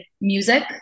music